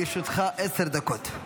בבקשה, לרשותך עשר דקות.